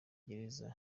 gereza